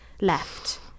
left